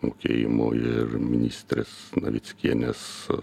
mokėjimo ir ministrės navickienės sutuoktinio